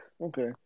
Okay